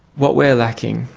what we're lacking,